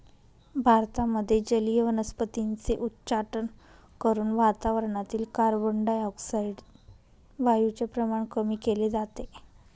भारतामध्ये जलीय वनस्पतींचे उच्चाटन करून वातावरणातील कार्बनडाय ऑक्साईड वायूचे प्रमाण कमी केले जाते